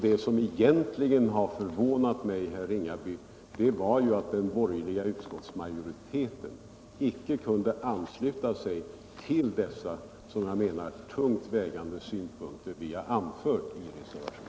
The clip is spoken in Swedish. Det som förvånat mig, herr Ringaby, var att den borgerliga utskottsmajoriteten inte kunde ansluta sig till de tungt vägande synpunkter som vi anfört i reservationen.